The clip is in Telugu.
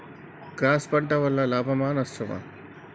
క్రాస్ పంట వలన లాభమా నష్టమా?